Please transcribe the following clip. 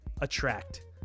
attract